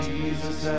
Jesus